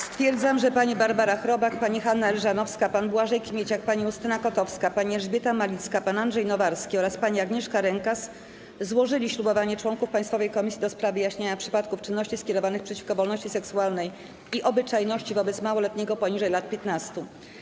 Stwierdzam, że pani Barbara Chrobak, pani Hanna Elżanowska, pan Błażej Kmieciak, pani Justyna Kotowska, pani Elżbieta Malicka, pan Andrzej Nowarski oraz pani Agnieszka Rękas złożyli ślubowanie członków Państwowej Komisji do spraw wyjaśniania przypadków czynności skierowanych przeciwko wolności seksualnej i obyczajności wobec małoletniego poniżej lat 15.